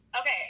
okay